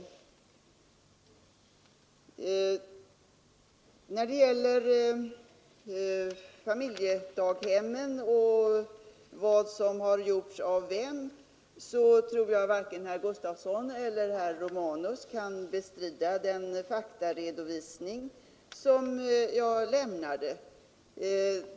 När det gäller familjedaghemmen och vad som har gjorts av vem så tror jag att varken herr Gustavsson eller herr Romanus kan bestrida den faktaredovisning som jag lämnade.